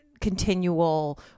continual